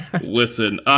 Listen